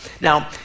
Now